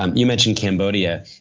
um you mentioned cambodia.